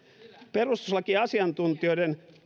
perustuslakiasiantuntijoiden